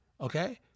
Okay